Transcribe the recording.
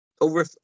over